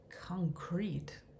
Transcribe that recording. concrete